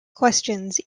questions